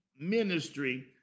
ministry